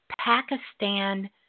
pakistan